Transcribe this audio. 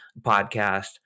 podcast